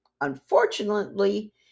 Unfortunately